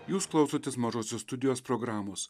jūs klausotės mažosios studijos programos